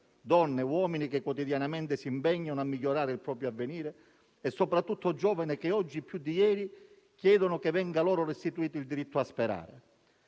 donne e uomini che quotidianamente si impegnano a migliorare il proprio avvenire e soprattutto giovani che, oggi più di ieri, chiedono che venga loro restituito il diritto a sperare.